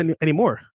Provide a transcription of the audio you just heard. anymore